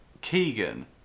Keegan